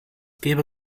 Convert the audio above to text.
gäbe